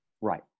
Right